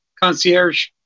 concierge